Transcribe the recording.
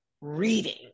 reading